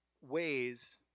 ways